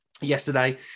yesterday